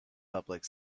public